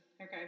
Okay